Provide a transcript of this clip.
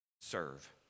serve